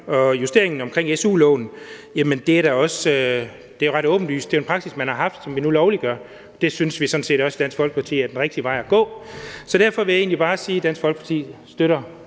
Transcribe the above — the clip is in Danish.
til justeringen omkring su-lån: Jamen det er da også ret åbenlyst at gøre. Det er en praksis, man har haft, som vi nu lovliggør. Det synes vi sådan set også i Dansk Folkeparti er den rigtige vej at gå, så derfor vil jeg egentlig bare sige, at Dansk Folkeparti støtter